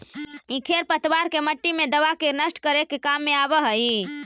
इ खेर पतवार के मट्टी मे दबा के नष्ट करे के काम आवऽ हई